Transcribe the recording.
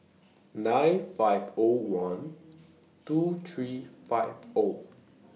nine five O one two three five O